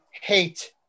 hate